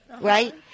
right